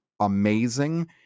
amazing